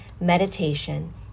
meditation